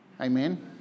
Amen